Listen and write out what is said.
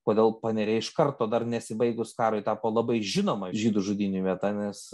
kodėl paneriai iš karto dar nesibaigus karui tapo labai žinoma žydų žudynių vieta nes